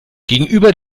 gegenüber